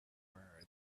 are